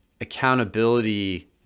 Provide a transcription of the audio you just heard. accountability